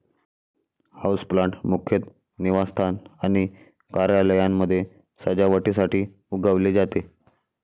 houseplant मुख्यतः निवासस्थान आणि कार्यालयांमध्ये सजावटीसाठी उगवले जाते